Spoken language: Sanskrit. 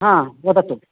हा वदतु